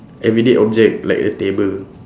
everyday object like a table